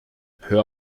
hör